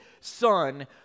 son